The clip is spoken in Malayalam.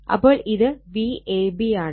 അപ്പോൾ ഇത് VAB ആണ്